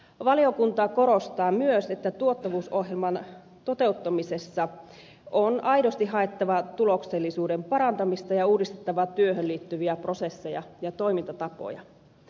valiokunta korostaa myös että tuottavuusohjelman toteuttamisessa on aidosti haettava tuloksellisuuden parantamista ja uudistettava työhön liittyviä prosesseja ja toimintatapoja